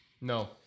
No